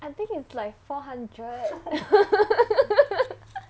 I think is like four hundred